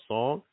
Song